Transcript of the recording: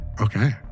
okay